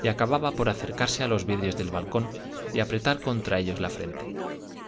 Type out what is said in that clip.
y acababa por acercarse a los vidrios del balcón y apretar contra ellos la frente